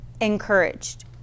encouraged